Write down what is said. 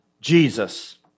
Jesus